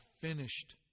finished